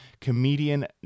comedian